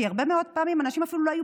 כי הרבה מאוד פעמים אנשים אפילו לא היו